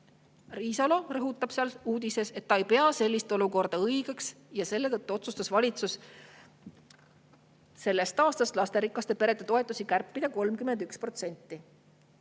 Riisalo rõhutab seal uudises, et ta ei pea sellist olukorda õigeks ja selle tõttu otsustas valitsus sellest aastast lasterikaste perede toetusi kärpida 31%.